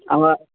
हा